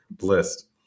list